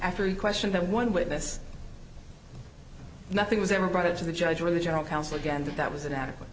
after you question that one witness nothing was ever brought it to the judge or the general counsel again that that was inadequate